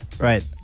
Right